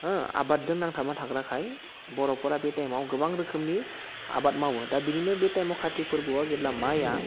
हो आबादजों नांथाबना थाग्राखाय बर'फोरा बे टाइमाव गोबां रोखोमनि आबाद मावो दा बिदिनो बे टाइमाव काति फोरबोआव जेब्ला माया